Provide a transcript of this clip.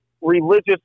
religious